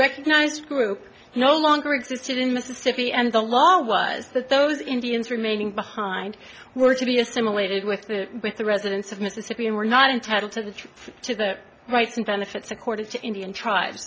recognized group no longer existed in mississippi and the law was that those indians remaining behind were to be assimilated with the with the residents of mississippi and were not entitle to the tree to the rights and benefits accorded to indian tribes